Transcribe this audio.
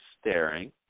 staring